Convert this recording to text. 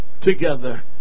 together